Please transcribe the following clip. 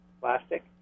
plastic